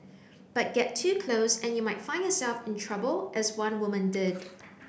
but get too close and you might find yourself in trouble as one woman did